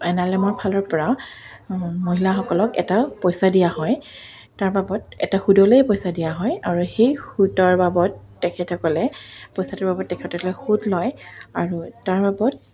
N R লেমৰফালৰপৰা মহিলাসকলক এটা পইচা দিয়া হয় তাৰ বাবদ এটা সুদলেই পইচা দিয়া হয় আৰু সেই সুদৰ বাবদ তেখেতসকলে পইচাটোৰ বাবত তেখেতসকলে সুত লয় আৰু তাৰ বাবদ